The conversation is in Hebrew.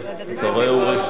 אתה רואה,